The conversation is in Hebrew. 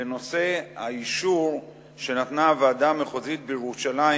בנושא האישור שנתנה הוועדה המחוזית בירושלים